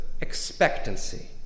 expectancy